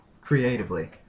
creatively